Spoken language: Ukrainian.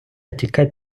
тікать